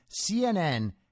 CNN